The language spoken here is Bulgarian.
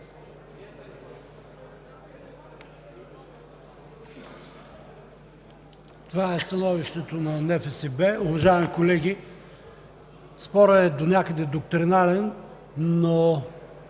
Това е становището на НФСБ. Уважаеми колеги, спорът е донякъде доктринален, но